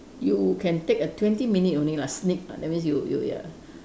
you can take a twenty minute only lah sneak ah that you means you you ya